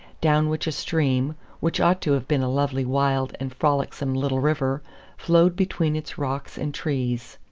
down which a stream which ought to have been a lovely, wild, and frolicsome little river flowed between its rocks and trees.